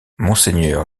mgr